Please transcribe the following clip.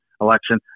election